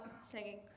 singing